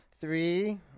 Three